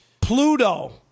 Pluto